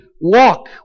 walk